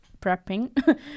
prepping